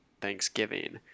Thanksgiving